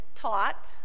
taught